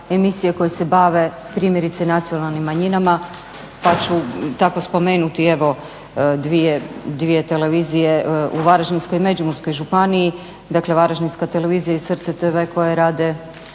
emisije koje se bave primjerice nacionalnim manjinama. Pa ću tako spomenuti evo dvije televizije u Varaždinskoj i Međimurskoj županiji, dakle Varaždinska TV i Srce TV koje rade